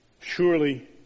Surely